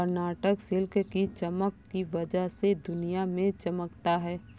Karnataka silk की चमक की वजह से दुनिया में चमकता है